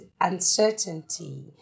uncertainty